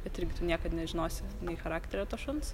bet irgi tu niekad nežinosi nei charakterio to šuns